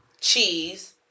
cheese